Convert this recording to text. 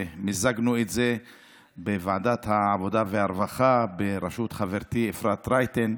ומיזגנו את זה בוועדת העבודה והרווחה בראשות חברתי אפרת רייטן,